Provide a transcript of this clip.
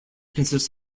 consists